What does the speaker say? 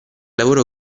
lavoro